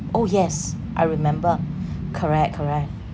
oh yes I remember correct correct